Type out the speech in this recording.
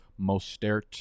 Mostert